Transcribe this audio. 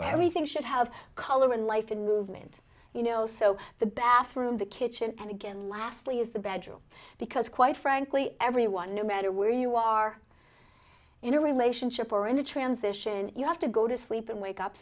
you everything should have color and life in movement you know so the bathroom the kitchen and again lastly is the bedroom because quite frankly everyone no matter where you are in a relationship or in a transition you have to go to sleep and wake up